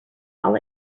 all